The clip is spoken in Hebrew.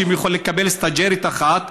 שבהן הם יכולים לקבל סטאז'רית אחת,